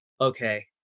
okay